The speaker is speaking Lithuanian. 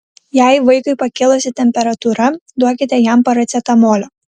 jei vaikui pakilusi temperatūra duokite jam paracetamolio